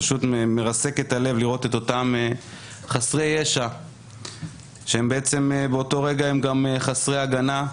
פשוט מרסק את הלב לראות את אותם חסרי ישע שבאותו רגע הם גם חסרי הגנה,